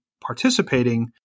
participating